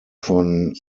von